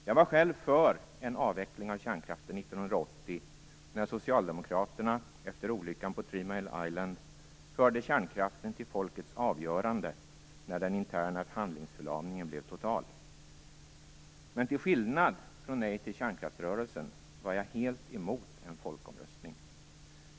Jag var själv för en avveckling av kärnkraften Mile Island förde frågan om kärnkraften till folkets avgörande när den interna handlingsförlamningen blev total. Till skillnad från Nej till kärnkraft-rörelsen var jag däremot helt emot en folkomröstning.